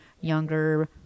younger